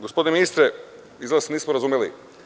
Gospodine ministre, izgleda se nismo razumeli.